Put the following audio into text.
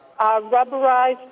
rubberized